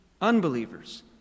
unbelievers